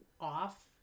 off